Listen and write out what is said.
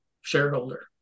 shareholder